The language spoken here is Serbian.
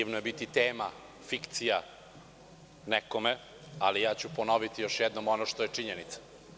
Divno je biti tema, fikcija nekome, ali ponoviću još jednom ono što je činjenica.